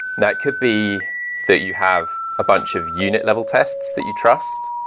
that could be that you have a bunch of unit level tests that you trust.